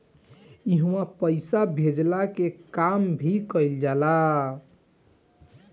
इहवा पईसा भेजला के काम भी कइल जाला